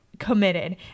committed